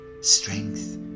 strength